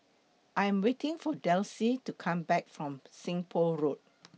I Am waiting For Desi to Come Back from Seng Poh Road